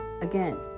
Again